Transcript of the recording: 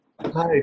hi